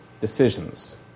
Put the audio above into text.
decisions